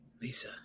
Lisa